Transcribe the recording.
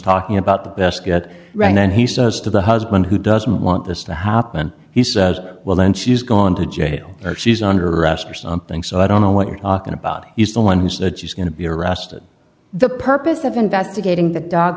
talking about the best get right then he says to the husband who doesn't want this to happen he says well then she's gone to jail or she's under arrest or something so i don't know what you're talking about he's the one who said she's going to be arrested the purpose of investigating the do